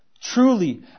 Truly